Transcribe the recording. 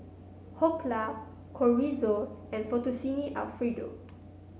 Dhokla Chorizo and Fettuccine Alfredo